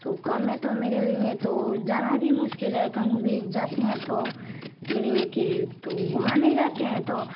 तो कम है तो मेरे लिए तो जाना भी मुश्किल है कहीं भी जाते हैं तो मेरे यहाँ के तो वहाँ नहीं रहते हैं तो